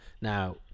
Now